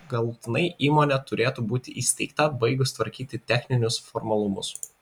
galutinai įmonė turėtų būti įsteigta baigus tvarkyti techninius formalumus